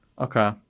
Okay